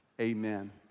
Amen